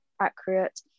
accurate